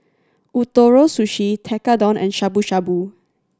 Ootoro Sushi Tekkadon and Shabu Shabu